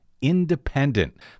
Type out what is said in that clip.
independent